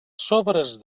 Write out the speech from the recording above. sobres